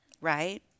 right